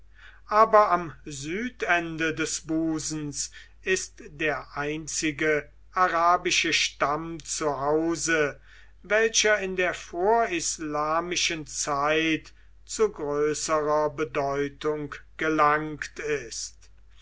aber am südende des busens ist der einzige arabische stamm zu hause welcher in der vorislamischen zeit zu größerer bedeutung gelangt ist